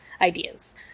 ideas